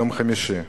יום חמישי,